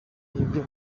n’ibyo